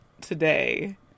today